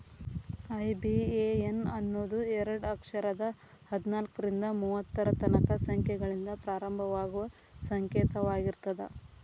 IBAN ಅನ್ನೋದು ಎರಡ ಅಕ್ಷರದ್ ಹದ್ನಾಲ್ಕ್ರಿಂದಾ ಮೂವತ್ತರ ತನಕಾ ಸಂಖ್ಯೆಗಳಿಂದ ಪ್ರಾರಂಭವಾಗುವ ಸಂಕೇತವಾಗಿರ್ತದ